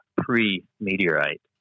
pre-meteorite